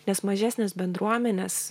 nes mažesnės bendruomenės